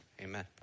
Amen